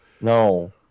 No